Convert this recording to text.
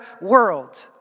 world